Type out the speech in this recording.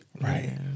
Right